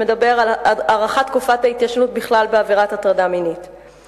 שמדברת על הארכת תקופת ההתיישנות בעבירת הטרדה מינית בכלל.